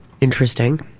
interesting